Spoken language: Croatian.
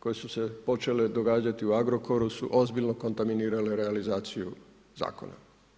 koje su se počele događati u Agrokoru su ozbiljno kontaminirale realizaciju zakona.